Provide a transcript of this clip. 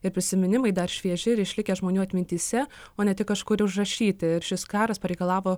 ir prisiminimai dar švieži ir išlikę žmonių atmintyse o ne tik kažkur užrašyti ir šis karas pareikalavo